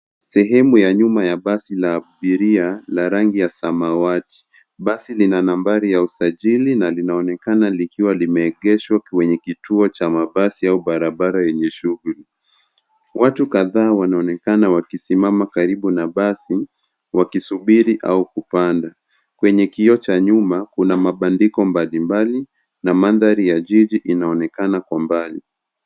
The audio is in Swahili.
Sehemu ya nyuma ya basi la abiria la rangi ya samawati. Basi lina nambari ya usajili na linaonekana likiwa limeegeshwa kwenye kituo cha mabsi au barabara yenye shughuli. Watu kadhaa wanaonekana wakisimama karibu na basi wakisubiri au kupanda. Kwenye kioo cha nyuma kuna mabandiko mbalimbali na mandhari ya jiji inaonekana kwa mbali.